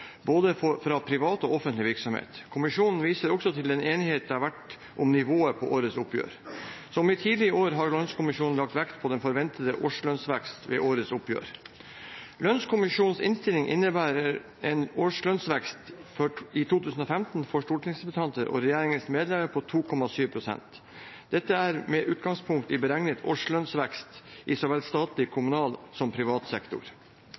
både privat og offentlig virksomhet. Kommisjonen viser også til den enighet det har vært om nivået på årets oppgjør. Som i tidligere år har Lønnskommisjonen lagt vekt på den forventede årslønnsvekst ved årets oppgjør. Lønnskommisjonens innstilling innebærer en årslønnsvekst i 2015 for stortingsrepresentantene og regjeringens medlemmer på 2,7 pst., dette med utgangspunkt i beregnet årslønnsvekst i så vel statlig, kommunal som privat sektor.